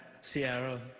Sierra